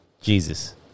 Jesus